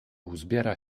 uzbiera